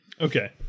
Okay